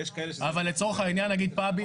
אבל לצורך העניין נגיד פאבים,